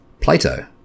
Plato